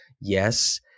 Yes